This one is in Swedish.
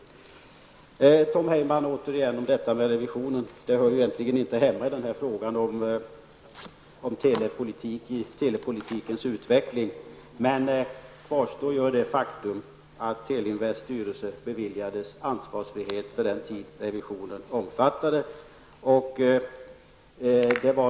Till Tom Heyman återigen om revisionen: Det hör egentligen inte hemma i denna fråga om telepolitikens utveckling, men faktum kvarstår att Teleinvests styrelse beviljades ansvarsfrihet för den tid revisionen omfattade.